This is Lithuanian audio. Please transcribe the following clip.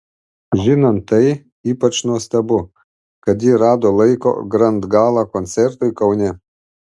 žinant tai ypač nuostabu kad ji rado laiko grand gala koncertui kaune